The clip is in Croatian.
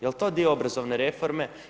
Jel' to dio obrazovne reforme?